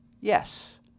Yes